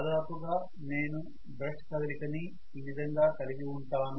దాదాపుగా నేను బ్రష్ కదలికని ఈ విధంగా కలిగివుంటాను